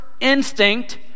instinct